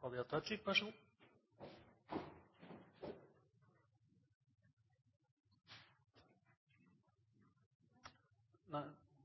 for et nyansert og